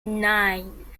nine